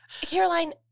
Caroline